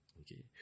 Okay